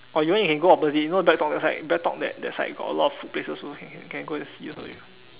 or you want you can go opposite you know breadtalk that side breadtalk that that side got a lot of food places also can go and see also you